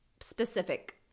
specific